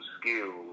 skills